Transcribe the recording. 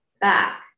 back